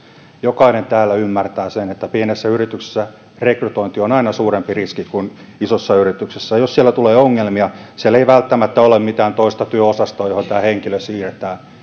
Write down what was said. jokainen täällä ymmärtää sen että pienessä yrityksessä rekrytointi on aina suurempi riski kuin isossa yrityksessä ja jos siellä tulee ongelmia siellä ei välttämättä ole mitään toista työosastoa johon tämä henkilö siirretään